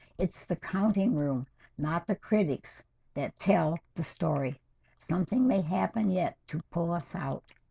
it's the counting room not the critics that tell the story something may happen yet to pull us out